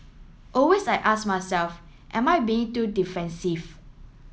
always I ask myself am I being too defensive